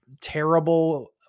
terrible